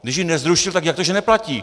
Když ji nezrušil, tak jak to, že neplatí?!